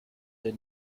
der